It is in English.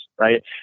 right